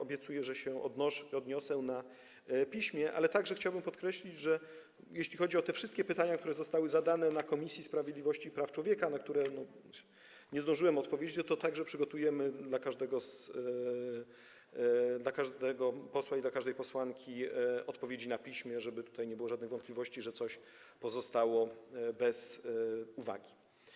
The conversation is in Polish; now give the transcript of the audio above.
Obiecuję, że odniosę się do tego na piśmie, ale także chciałbym podkreślić, że jeśli chodzi o te wszystkie pytania, które zostały zadane na posiedzeniu Komisji Sprawiedliwości i Praw Człowieka, na które nie zdążyłem odpowiedzieć, to także przygotujemy dla każdego posła i dla każdej posłanki odpowiedzi na piśmie, żeby tutaj nie było żadnych wątpliwości, żeby nic nie pozostało bez uwagi.